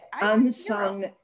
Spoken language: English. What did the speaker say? unsung